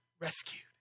rescued